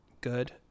good